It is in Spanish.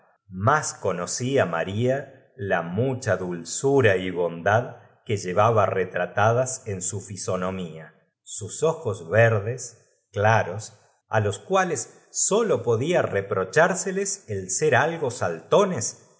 m conocía maría la mucha dulzura y bondad que llevaba retratadas en su fisonomía sus ojos verdes claros á los cuales sólo j u t w podía reprocbárseles el ser algo saltones